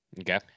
Okay